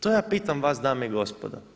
To ja pitam vas, dame i gospodo.